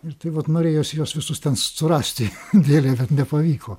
ir tai vat norėjosi juos visus ten surasti delyje bet nepavyko